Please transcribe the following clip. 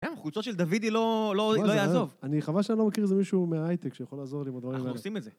כן, חולצות של דודי לא יעזוב. אני חבל שאני לא מכיר איזה מישהו מההייטק שיכול לעזור לי עם הדברים האלה. אנחנו עושים את זה.